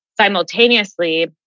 simultaneously